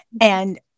And-